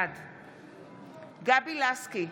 בעד גבי לסקי,